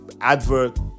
advert